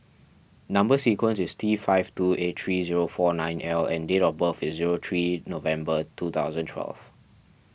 Number Sequence is T five two eight three zero four nine L and date of birth is zero three November two thousand twelve